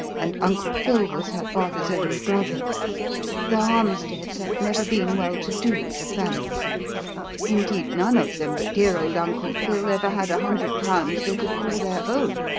and uncle phil was her father's only brother the harmsteads had never been well to-do as a family indeed none of them but dear old uncle phil ever had a hundred pounds they could call their own,